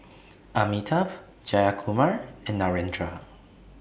Amitabh Jayakumar and Narendra